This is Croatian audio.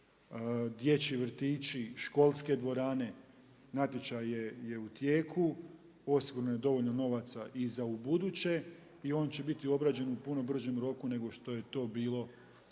dječji vrtići, školske dvorane. Natječaj je u tijeku, osigurano je dovoljno novaca i za ubuduće i on će biti obrađen u puno bržem roku nego što je to bilo